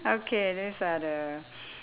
okay these are the